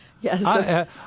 Yes